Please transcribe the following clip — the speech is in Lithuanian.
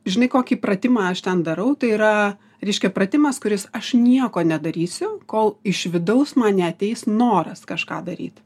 žinai kokį pratimą aš ten darau tai yra reiškia pratimas kuris aš nieko nedarysiu kol iš vidaus man neateis noras kažką daryt